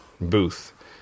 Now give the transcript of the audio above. booth